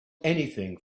anything